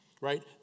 right